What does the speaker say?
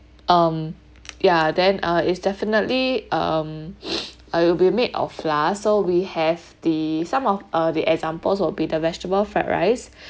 um ya then uh it's definitely um uh it will be made of flour so we have the some of uh the examples will be the vegetable fried rice